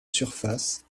surface